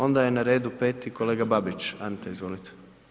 Onda je na redu peti, kolega Babić Ante, izvolite.